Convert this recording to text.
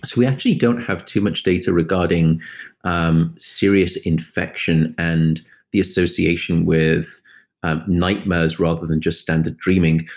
so we actually don't have too much data regarding um serious infection and the association with nightmares rather than just standard dreaming.